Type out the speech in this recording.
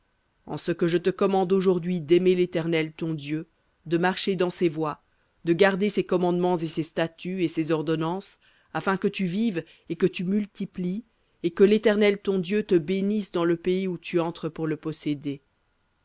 en ce que je te commande aujourd'hui d'aimer l'éternel ton dieu de marcher dans ses voies de garder ses commandements et ses statuts et ses ordonnances afin que tu vives et que tu multiplies et que l'éternel ton dieu te bénisse dans le pays où tu entres pour le posséder